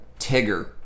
Tigger